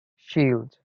shield